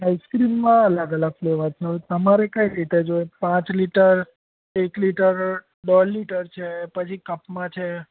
ice cream માં અલગ અલગ ફ્લેવર્સ છે હવે તમારે કઈ રીતે જોઈએ પાંચ લિટર એક લિટર દોઢ લિટર છે પછી કપમાં છે